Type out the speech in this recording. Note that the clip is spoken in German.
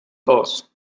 aus